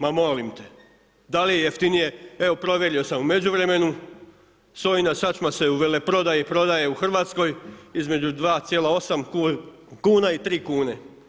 Ma molim te, da li je jeftinije, evo provjerio sam u međuvremenu, sojina sačma se u veleprodaji prodaje u Hrvatskoj između 2,8 kuna i 3 kune.